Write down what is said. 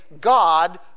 God